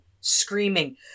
screaming